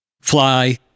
Fly